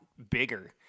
bigger